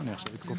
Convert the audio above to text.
לזכור